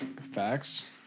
facts